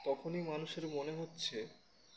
তখনই মানুষের মনে হচ্ছে